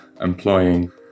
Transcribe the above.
employing